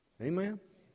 Amen